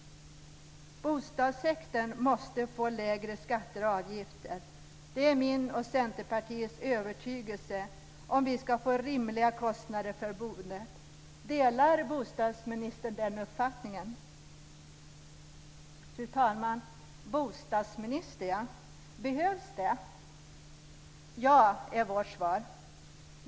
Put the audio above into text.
Bostadssektorn måste få lägre skatter och avgifter om vi ska få rimliga kostnader för boendet. Det är min och Centerpartiets övertygelse. Delar bostadsministern den uppfattningen? Fru talman! Bostadsminister - behövs det? Ja, är vårt svar.